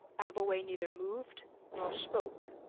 abbleway neither moved nor spoke.